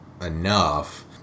enough